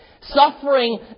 Suffering